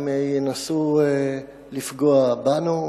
אם ינסו לפגוע בנו,